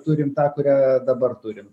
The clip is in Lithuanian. turim tą kurią dabar turim